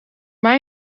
mij